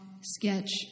sketch